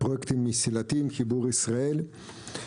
פרויקטים מסילתיים, חיבור ישראל.